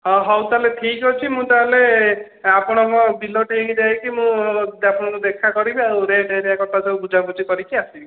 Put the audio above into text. ହଁ ହେଉ ତାହେଲେ ଠିକ ଅଛି ମୁଁ ତାହେଲେ ଆପଣଙ୍କ ବିଲ ଡ଼େଇଁକି ଯାଇକି ମୁଁ ଆପଣ ଙ୍କୁ ଦେଖା କରିବି ଆଉ ରେଟ ହେରିକା କଥା ବୁଝା କରିକି ଆସିବି